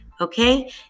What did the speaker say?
Okay